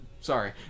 Sorry